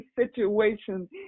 situation